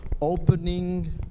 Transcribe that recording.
opening